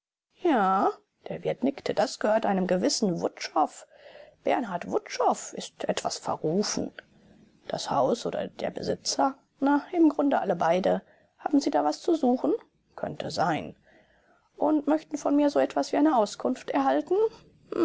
ja der wirt nickte das gehört einem gewissen wutschow bernhard wutschow ist etwas verrufen das haus oder der besitzer na im grunde alle beide haben sie da was zu suchen könnte sein und möchten von mir so etwas wie eine auskunft erhalten